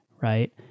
right